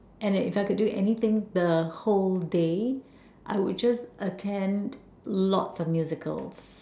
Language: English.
and if I could do anything the whole day I would just attend lots of musicals